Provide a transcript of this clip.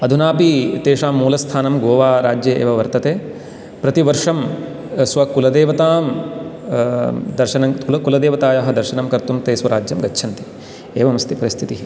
अधुना अपि तेषां मूलस्थानं गोवाराज्ये एव वर्तते प्रतिवर्षं स्वकुलदेवतां दर्शनं कुलदेवतायाः दर्शनं कर्तुं ते स्वराज्यं गच्छन्ति एवम् अस्ति परिस्थितिः